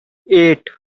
eight